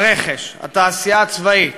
הרכש, התעשייה הצבאית,